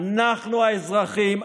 אנחנו האזרחים,